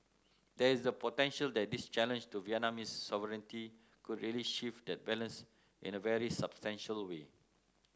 there is the potential that this challenge to Vietnamese sovereignty could really shift that balance in a very substantial way